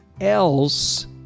else